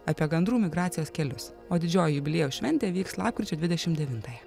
apie gandrų migracijos kelius o didžioji jubiliejaus šventė vyks lapkričio dvidešim devintąją